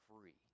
free